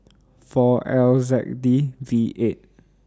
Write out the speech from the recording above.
four L Z K D V eight